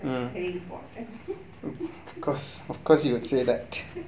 that's very important